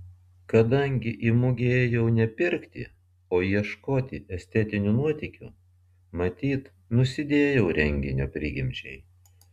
kadangi į mugę ėjau ne pirkti o ieškoti estetinių nuotykių matyt nusidėjau renginio prigimčiai